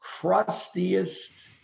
crustiest